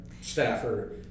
Staffer